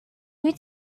you